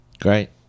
Great